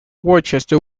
worcester